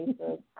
Facebook